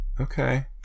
Okay